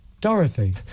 Dorothy